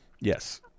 Yes